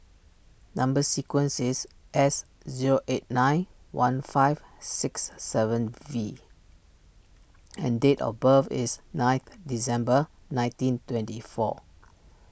Number Sequence is S zero eight nine one five six seven V and date of birth is ninth December nineteen twenty four